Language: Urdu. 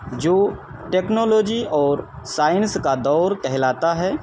جو ٹیکنالوجی اور سائنس کا دور کہلاتا ہے